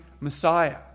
Messiah